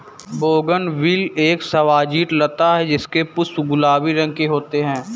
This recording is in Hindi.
बोगनविले एक सजावटी लता है जिसके पुष्प गुलाबी रंग के होते है